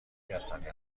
کسانی